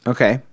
Okay